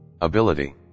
ability